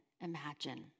imagine